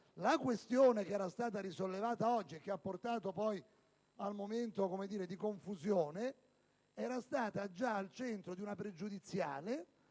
la questione che era stata risollevata oggi e che ha portato poi al momento di confusione era stata già al centro di una pregiudiziale,